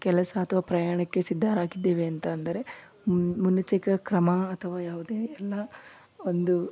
ಕೆಲಸ ಅಥವಾ ಪ್ರಯಾಣಕ್ಕೆ ಸಿದ್ಧರಾಗಿದ್ದೇವೆ ಅಂತ ಅಂದರೆ ಮುನ್ನೆಚ್ಚಿಕ ಕ್ರಮ ಅಥವಾ ಯಾವುದೇ ಎಲ್ಲ ಒಂದು